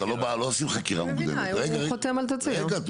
לא עושים חקירה מוקדמת, זה הולך